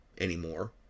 anymore